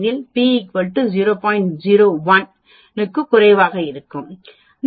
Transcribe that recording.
01 க்கும் குறைவாக இருக்கும்